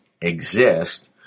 exist